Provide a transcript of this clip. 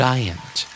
Giant